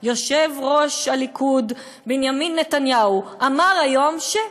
יושב-ראש הליכוד בנימין נתניהו אמר היום ש-.